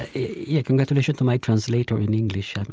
yeah congratulations to my translator in english. and